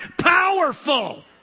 powerful